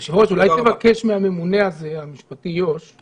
היושב-ראש, אולי תבקש מהממונה המשפטי יו"ש הזה